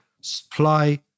supply